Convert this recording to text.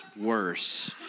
worse